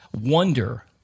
wonder